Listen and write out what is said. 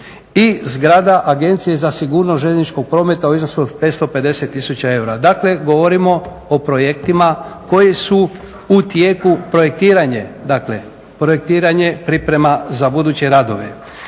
I zgrada Agencije za sigurnost željezničkog prometa u iznosu od 550 000 eura. Dakle, govorimo o projektima koji su u tijeku projektiranje, dakle projektiranje,